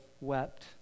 wept